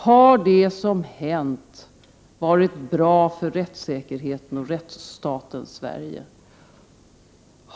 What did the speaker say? Har det som hänt varit bra för rättssäkerheten och rättsstaten Sverige?